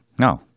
no